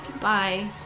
Bye